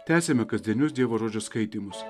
tęsiame kasdienius dievo žodžio skaitymus